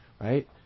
right